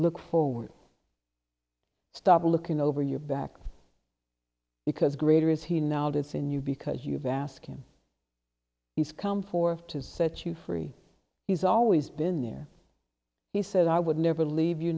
look forward stop looking over your back because greater is he now lives in you because you've asked him he's come forth to set you free he's always been there he said i would never leave you